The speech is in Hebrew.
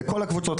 לכל הקבוצות,